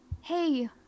Hey